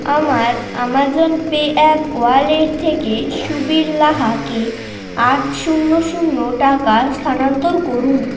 আমার Amazon Pay app wallet থেকে সুবীর লাহাকে আট শূন্য শূন্য টাকা স্থানান্তর করুন